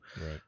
Right